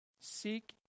Seek